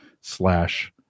slash